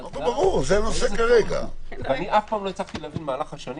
לא הצלחתי להבין במהלך השנים